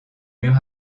mur